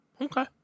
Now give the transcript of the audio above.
okay